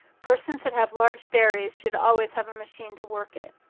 persons that have large dairies should always have a machine to work it.